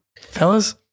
fellas